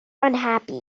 unhappy